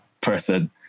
person